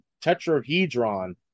tetrahedron